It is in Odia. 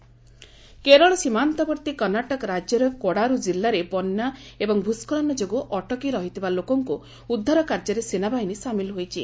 ଆର୍ମି କର୍ଣ୍ଣାଟକ ଫ୍ଲଡ୍ କେରଳ ସୀମାନ୍ତବର୍ତ୍ତୀ କର୍ଣ୍ଣାଟକ ରାଜ୍ୟର କୋଡାରୁ ଜିଲ୍ଲାରେ ବନ୍ୟା ଏବଂ ଭ୍ ସ୍କଳନ ଯୋଗୁଁ ଅଟକି ରହିଥିବା ଲୋକଙ୍କୁ ଉଦ୍ଧାର କାର୍ଯ୍ୟରେ ସେନାବାହିନୀ ସାମିଲ ହୋଇଛି